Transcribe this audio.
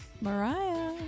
Mariah